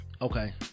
Okay